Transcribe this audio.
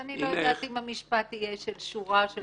אני לא יודעת אם המשפט יהיה של שורה או שתיים,